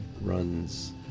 runs